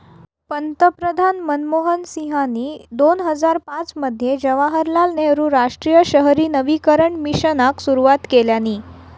पंतप्रधान मनमोहन सिंहानी दोन हजार पाच मध्ये जवाहरलाल नेहरु राष्ट्रीय शहरी नवीकरण मिशनाक सुरवात केल्यानी